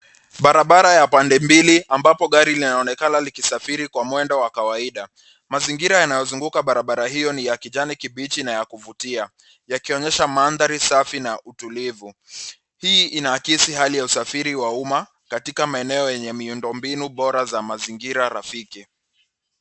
Barabara ya pande mbili ambapo gari linaonekana likisafiri kwa mwendo wakawaida, mazingira yanaozunguga barabara io ni ya kijani kibichi na ya kuvutia yakionyesha maandari safi na utulivu, hii inaakizi ali ya usafiri wa umma katika maeneo enye miundobinu bora za mazingira bora rafiki.